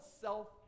self